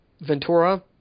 Ventura